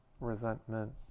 resentment